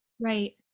Right